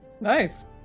Nice